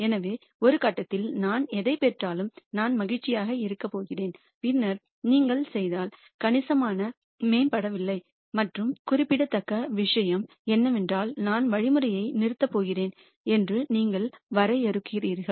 எனவே ஒரு கட்டத்தில் நான் எதைப் பெற்றாலும் நான் மகிழ்ச்சியாக இருக்கப் போகிறேன் பின்னர் நீங்கள் செய்தால் கணிசமாக மேம்படவில்லை மற்றும் குறிப்பிடத்தக்க விஷயம் என்னவென்றால் நான் வழிமுறையை நிறுத்தப் போகிறேன் என்று நீங்கள் வரையறுக்கிறீர்கள்